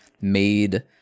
made